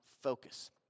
focus